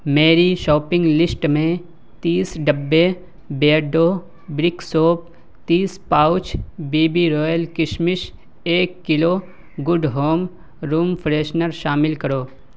میری shopping list میں تیس ڈبے بیئرڈو برک سوپ تیس پاؤچ بےبی رائل کشمش ایک kilo good home room freshener شامل کرو